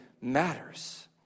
matters